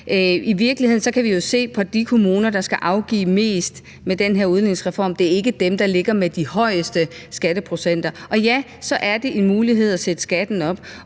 I virkeligheden kan vi jo se på de kommuner, der skal afgive mest med den her udligningsreform, ikke er dem, der ligger med de højeste skatteprocenter. Og ja, så er det en mulighed at sætte skatten op,